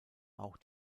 auch